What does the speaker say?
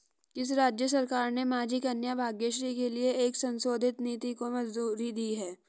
किस राज्य सरकार ने माझी कन्या भाग्यश्री के लिए एक संशोधित नीति को मंजूरी दी है?